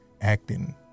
acting